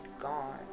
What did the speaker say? gone